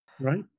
Right